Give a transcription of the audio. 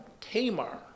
Tamar